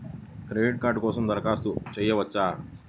Credit card కోసం దరఖాస్తు చేయవచ్చా?